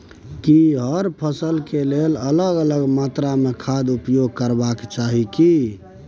की हर फसल के लेल अलग अलग मात्रा मे खाद उपयोग करबाक चाही की?